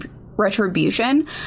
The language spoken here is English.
retribution